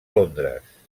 londres